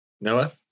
Noah